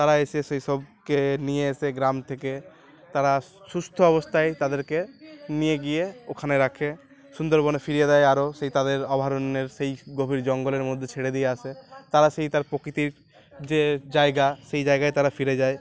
তারা এসে সেই সবকে নিয়ে এসে গ্রাম থেকে তারা সুস্থ অবস্থায় তাদেরকে নিয়ে গিয়ে ওখানে রাখে সুন্দরবনে ফিরিয়ে দেয় আরও সেই তাদের অভারণ্যের সেই গভীর জঙ্গলের মধ্যে ছেড়ে দিয়ে আসে তারা সেই তার প্রকৃতির যে জায়গা সেই জায়গায় তারা ফিরে যায়